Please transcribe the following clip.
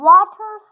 Water